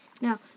Now